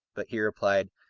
but he replied,